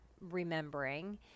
remembering